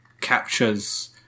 captures